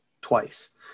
twice